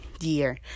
year